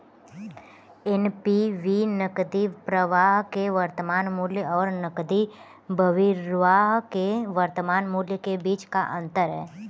NPV नकदी प्रवाह के वर्तमान मूल्य और नकदी बहिर्वाह के वर्तमान मूल्य के बीच का अंतर है